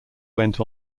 went